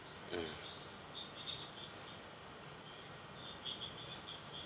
mm